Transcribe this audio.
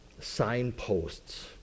signposts